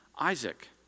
Isaac